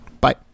bye